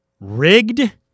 rigged